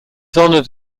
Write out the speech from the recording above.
honored